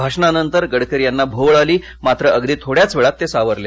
भाषणानंतर गडकरी यांना भोवळ आली मात्र अगदी थोड्याच वेळात ते सावरले